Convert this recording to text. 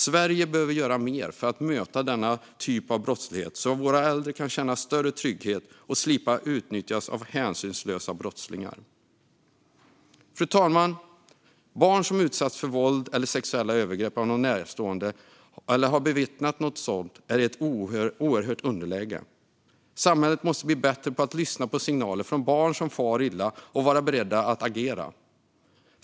Sverige behöver göra mer för att möta denna typ av brottslighet så att våra äldre kan känna större trygghet och slippa utnyttjas av hänsynslösa brottslingar. Fru talman! Barn som utsatts för våld eller sexuella övergrepp av någon närstående eller har bevittnat något sådant är i ett oerhört underläge. Samhället måste bli bättre på att lyssna på signaler från barn som far illa och vara beredda att agera.